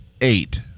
eight